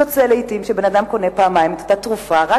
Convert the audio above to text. יוצא לעתים שבן-אדם קונה פעמיים את אותה תרופה רק